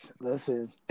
listen